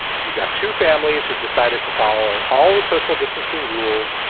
you've got two families who've decided to follow all the social distancing rules.